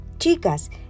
Chicas